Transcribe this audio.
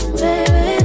baby